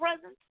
presence